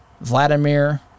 Vladimir